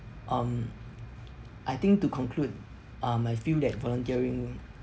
um I think to conclude um I feel that volunteering